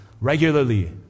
regularly